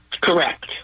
Correct